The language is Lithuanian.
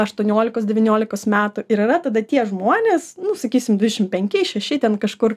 aštuoniolikos devyniolikos metų ir yra tada tie žmonės nu sakysim dvidešim penki šeši ten kažkur